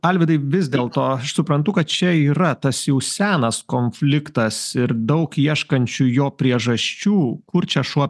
alvydai vis dėlto aš suprantu kad čia yra tas jau senas konfliktas ir daug ieškančių jo priežasčių kur čia šuo